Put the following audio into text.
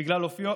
בגלל אופיו